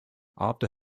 after